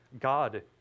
God